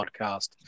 podcast